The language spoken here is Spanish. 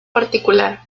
particular